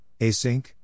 async